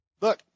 Look